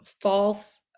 false